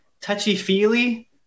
touchy-feely